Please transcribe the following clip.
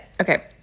Okay